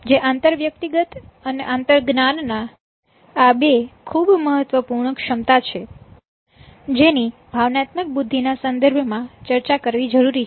જે આંતરવ્યક્તિગત અને આંતરજ્ઞાન આ બે ખૂબ મહત્વપૂર્ણ ક્ષમતા છે જેની ભાવનાત્મક બુદ્ધિ ના સંદર્ભમાં ચર્ચા કરવી જરૂરી છે